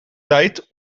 tijd